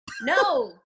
no